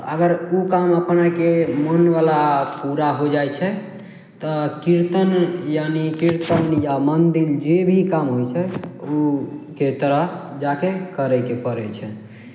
तऽ अगर ओ काम अपनेके मन वाला पूरा हो जाइ छै तऽ कीर्तन यानि कीर्तन या मन्दिर जे भी काम होइ छै ओके तरह जाके करे के पड़ै छै